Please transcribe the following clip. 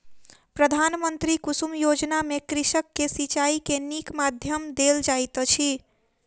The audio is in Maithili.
प्रधानमंत्री कुसुम योजना में कृषक के सिचाई के नीक माध्यम देल जाइत अछि